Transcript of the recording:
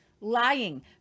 lying